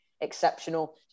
exceptional